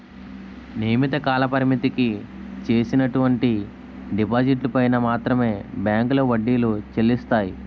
నియమిత కాలపరిమితికి చేసినటువంటి డిపాజిట్లు పైన మాత్రమే బ్యాంకులో వడ్డీలు చెల్లిస్తాయి